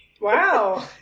Wow